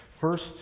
First